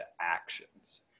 actions